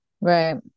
right